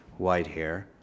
Whitehair